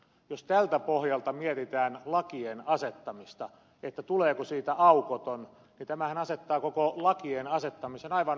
jos tältä pohjalta mietitään lakien asettamista tuleeko siitä aukoton niin tämähän asettaa koko lakien asettamisen aivan uuteen valoon